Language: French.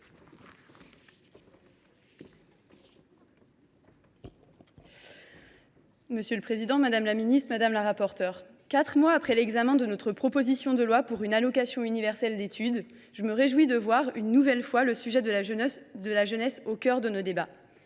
Monsieur le président, madame la ministre, mes chers collègues, quatre mois après l’examen de notre proposition de loi pour une allocation universelle d’études, je me réjouis de voir, une nouvelle fois, le sujet de la jeunesse au cœur de nos débats.